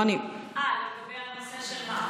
אני הסרתי את ההצעה, הנושא של מה?